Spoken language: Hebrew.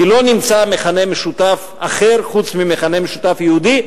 כי לא נמצא מכנה משותף אחר חוץ מהמכנה המשותף היהודי,